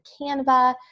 Canva